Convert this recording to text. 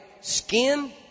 Skin